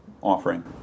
offering